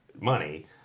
money